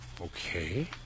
Okay